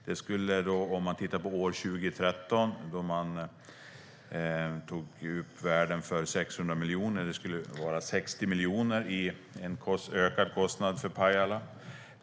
Det skulle, om vi tittar på år 2013 då man tog upp värden för 600 miljoner, vara en ökad kostnad på 60 miljoner för Pajala.